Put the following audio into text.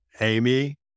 Amy